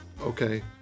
Okay